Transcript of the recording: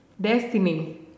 destiny